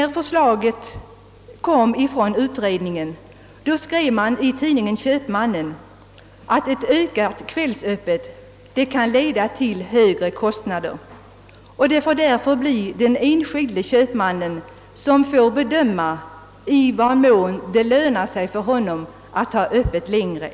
När affärstidsutredningen lade fram sitt förslag skrev man i tidningen Köpmannen att ett ökat kvällsöppet kunde leda till högre kostnader och att det därför fick bli den enskilde köpmannens sak att bedöma i vad mån det skulle löna sig för honom att hålla öppet längre.